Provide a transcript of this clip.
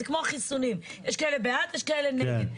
זה כמו החיסונים, יש כאלה בעד, יש כאלה נגד.